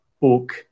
book